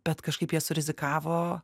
bet kažkaip jie surizikavo